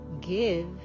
give